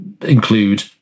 include